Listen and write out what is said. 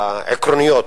עקרוניות,